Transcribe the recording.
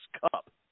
Cup